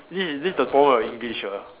this this is the problem of English ah